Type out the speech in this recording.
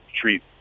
treat